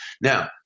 Now